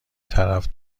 طرف